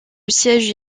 siège